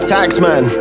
Taxman